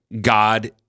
God